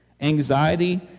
Anxiety